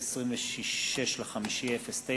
26 במאי 2009,